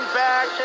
back